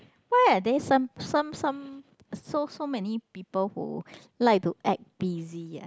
why are they some some some so so many people who like to act busy uh